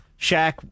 Shaq